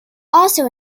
also